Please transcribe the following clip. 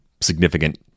significant